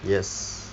yes